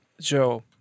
Joe